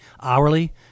hourly